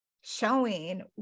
showing